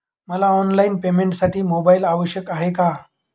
मला ऑनलाईन पेमेंटसाठी मोबाईल आवश्यक आहे का?